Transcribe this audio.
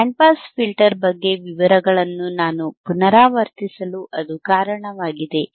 band pass filter ಬಗ್ಗೆ ವಿವರಗಳನ್ನು ನಾನು ಪುನರಾವರ್ತಿಸಲು ಅದು ಕಾರಣವಾಗಿದೆ